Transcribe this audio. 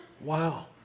wow